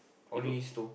only these two